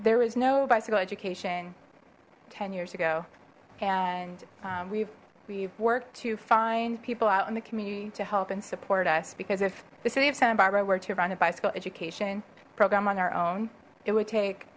there was no bicycle education ten years ago and we've we've worked to find people out in the community to help and support us because if the city of santa barbara were to around the bicycle education program on our own it would take